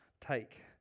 take